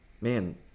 man